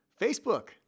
Facebook